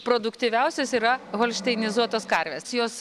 produktyviausios yra holšteinizuotos karvės jos